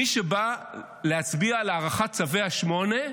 מי שבאו להצביע על הארכת צווי 8,